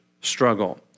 Struggle